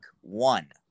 one